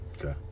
okay